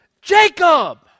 Jacob